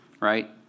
right